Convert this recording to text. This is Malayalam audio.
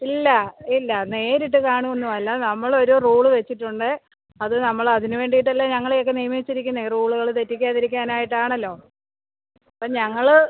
ഇല്ല ഇല്ല നേരിട്ട് കാണുവൊന്നും അല്ല നമ്മൾ ഒരു റൂള് വെച്ചിട്ടുണ്ട് അത് നമ്മൾ അതിന് വേണ്ടിയിട്ടല്ലേ ഞങ്ങളെ ഒക്കെ നിയമിച്ചിരിക്കുന്നത് റൂളുകള് തെറ്റിക്കാതിരിക്കാനായിട്ടാണല്ലോ അപ്പോൾ ഞങ്ങൾ